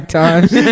times